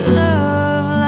love